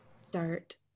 start